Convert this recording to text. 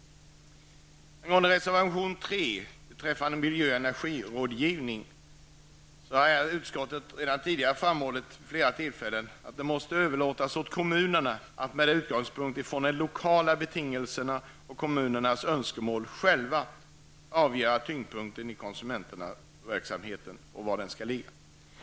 Beträffande reservation 3 om miljö och energirådgivning har utskottet redan tidigare vid flera tillfällen framhållit att det måste överlåtas åt kommunerna att med utgångspunkt i de lokala betingelserna och konsumenternas önskemål själva avgöra var tyngdpunkten i konsumentverksamheten skall ligga.